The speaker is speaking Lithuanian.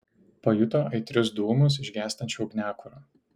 pajuto aitrius dūmus iš gęstančio ugniakuro